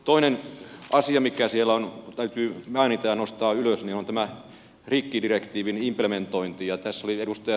toinen asia mikä siellä on ja täytyy mainita ja nostaa ylös on tämä rikkidirektiivin implementointi